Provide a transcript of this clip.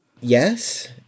Yes